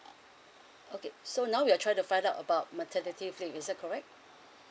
okay so now we are try to find out about maternity leave is that correct